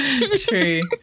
True